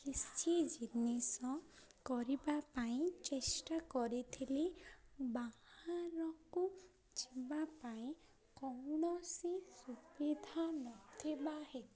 କିଛି ଜିନିଷ କରିବା ପାଇଁ ଚେଷ୍ଟା କରିଥିଲି ବାହାରକୁ ଯିବାପାଇଁ କୌଣସି ସୁବିଧା ନଥିବା ହେତ